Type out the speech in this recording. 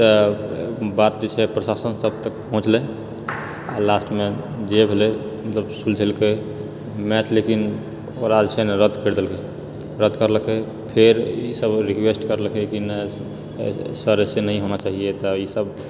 तऽ बात जेछै प्रशासन सब तऽ पहुँचले आ लास्टमे जे भेलै मतलब सुलझैलकेै मैच लेकिन ओकरा जेछै नहि रद्द करि देलकेै रद्द करलकेै फेर ई सब रिक्वेस्ट करलकेै कि नहि सर ऐसे नहि होना चाहिए तऽ ई सब